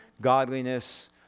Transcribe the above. godliness